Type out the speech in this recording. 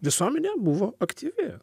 visuomenė buvo aktyvi